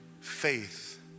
faith